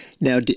Now